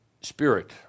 Spirit